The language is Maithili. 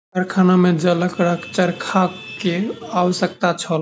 कारखाना में जलक चरखा के आवश्यकता छल